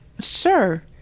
sure